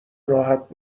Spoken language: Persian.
راحت